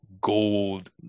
gold